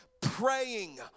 praying